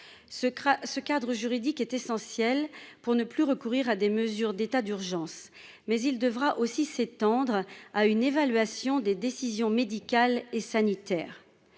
ce cadre juridique est essentiel pour ne plus recourir à des mesures d'état d'urgence, mais il devra aussi s'étendre à une évaluation des décisions médicales et sanitaires